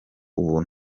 ubu